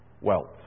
wealth